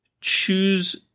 choose